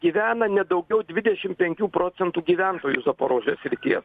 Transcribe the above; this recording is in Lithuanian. gyvena ne daugiau dvidešim penkių procentų gyventojų zaporožės srities